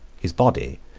his body,